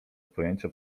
pojęcia